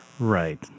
Right